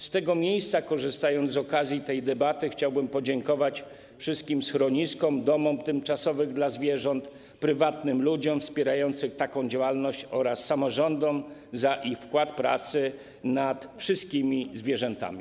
Z tego miejsca, korzystając z okazji, tej debaty, chciałbym podziękować wszystkim schroniskom, domom tymczasowym dla zwierząt, prywatnym ludziom wspierającym taką działalność oraz samorządom za ich wkład pracy w opiekę nad wszystkimi zwierzętami.